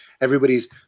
Everybody's